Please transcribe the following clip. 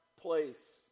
place